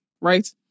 right